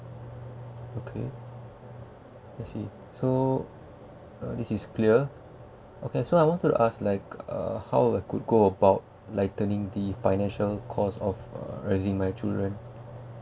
okay I see so uh this is clear okay so I want to ask like uh how I could go about lightening the financial cost of uh raising my children